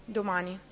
domani